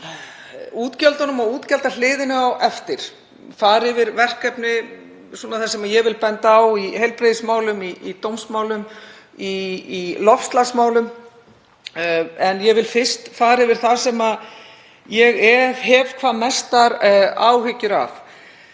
útgjöldunum og útgjaldahliðinni á eftir, fara yfir verkefni sem ég vil benda á í heilbrigðismálum, í dómsmálum og í loftslagsmálum. Ég vil fyrst fara yfir það sem ég hef hvað mestar áhyggjur af.